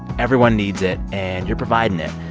everyone needs it, and you're providing it.